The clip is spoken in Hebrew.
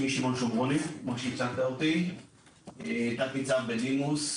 אני תת ניצב בדימוס,